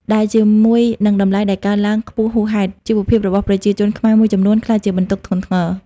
ដែលជាមួយនឹងតម្លៃដែលកើនឡើងខ្ពស់ហួសហេតុ ជីវភាពរបស់ប្រជាជនខ្មែរមួយចំនួនក្លាយជាបន្ទុកធ្ងន់ធ្ងរ។